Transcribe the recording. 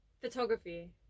photography